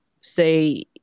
say